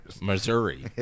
Missouri